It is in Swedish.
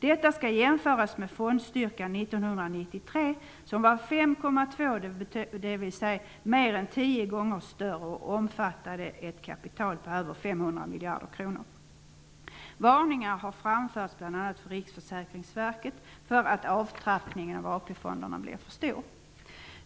Detta skall jämföras med fondstyrkan 1993 som var Varningar har framförts av bl.a. fonden blir för stor.